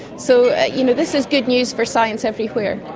so ah you know this is good news for science everywhere.